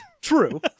True